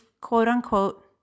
quote-unquote